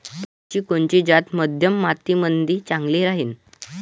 केळाची कोनची जात मध्यम मातीमंदी चांगली राहिन?